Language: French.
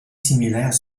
similaires